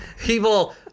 people